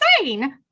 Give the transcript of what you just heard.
insane